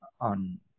on